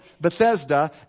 Bethesda